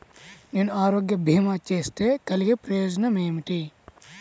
నేను ఆరోగ్య భీమా చేస్తే కలిగే ఉపయోగమేమిటీ?